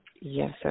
yes